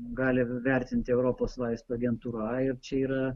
gali vertinti europos vaistų agentūra ir čia yra